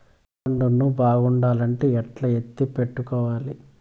చింతపండు ను బాగుండాలంటే ఎట్లా ఎత్తిపెట్టుకోవాలి?